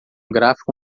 gráfico